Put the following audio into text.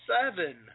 seven